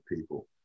people